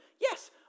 Yes